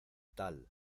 tal